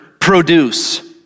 produce